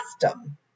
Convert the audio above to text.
custom